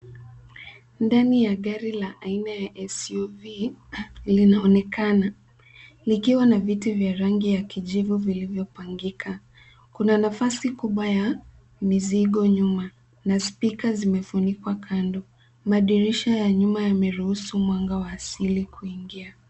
Ndani ya gari la aina ya SUV, linaonekana likiwa na viti vya rangi ya kijivu vilivyopangika. Kuna nafasi kubwa ya mizigo nyuma na spika zimefunikwa kando. Madirisha ya kando yameruhusu mwanga wa asili kuingia.